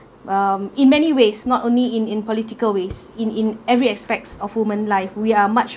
um in many ways not only in in political ways in in every aspects of woman life we are much